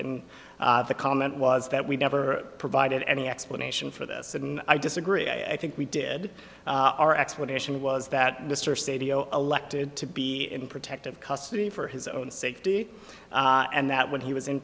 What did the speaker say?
and the comment was that we never provided any explanation for this and i disagree i think we did our explanation was that mr stadio elected to be in protective custody for his own safety and that when he was in